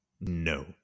No